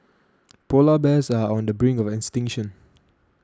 Polar Bears are on the brink of extinction